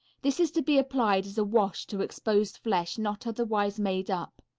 this is to be applied as a wash to exposed flesh not otherwise made up.